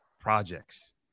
projects